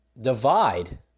divide